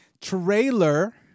trailer